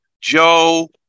Joe